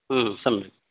सम्यक्